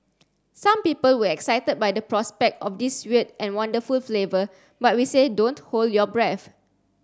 some people were excited by the prospect of this weird and wonderful flavour but we say don't hold your breath